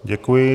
Děkuji.